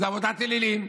כעבודת אלילים.